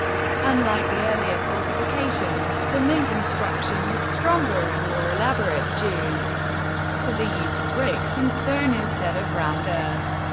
unlike the earlier fortifications, the ming construction was stronger and more elaborate due to the use of bricks and stone instead of rammed earth.